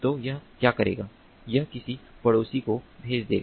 तो यह क्या करेगा यह किसी पड़ोसी को भेज देगा